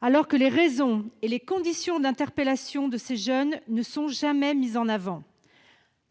alors que les raisons et les conditions d'interpellation des jeunes concernés ne sont jamais mises en avant.